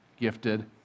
gifted